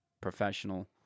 Professional